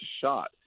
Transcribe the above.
shot